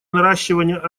наращивания